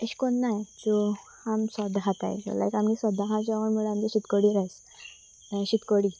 अशें करिनात ज्यो आमी सदां खातात लायक आमी सदां खाता जेवण म्हणल्यार आमची शीत कडी रायस शीत कडी